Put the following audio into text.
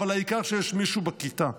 אבל העיקר שיש מישהו בכיתה.